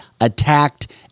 attacked